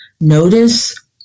Notice